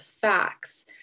facts